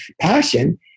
passion